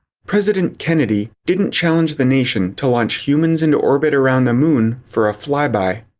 president kennedy didn't challenge the nation to launch humans into orbit around the moon for a flyby.